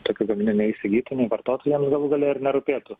tokių gaminių neįsigytų nevartotų jiems galų gale ir nerūpėtų